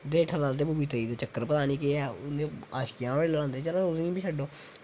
जेठा लाल ते बबीता दा पता निं चक्कर केह् ऐ आशिकियां बड़ी लांदे चलो उनेंगी छड्डो